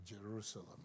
Jerusalem